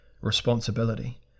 responsibility